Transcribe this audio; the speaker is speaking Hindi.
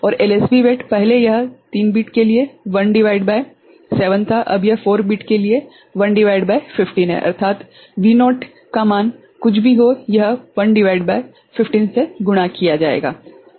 और LSB वेट पहले यह 3 बिट के लिए 1 भागित 7 था अब 4 बिट मे यह 1 भागित 15 है अर्थात V0 का मान कुछ भी हो यह 1 भागित 15 से गुणा किया जाएगा यह ठीक है